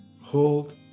hold